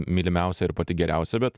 mylimiausia ir pati geriausia bet